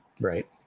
right